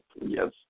Yes